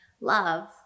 Love